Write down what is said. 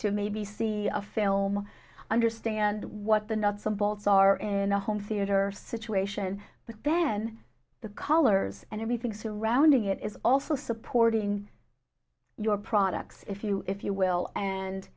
to maybe see a film understand what the nuts and bolts are in a home theater situation but then the colors and everything surrounding it is also supporting your products if you if you will and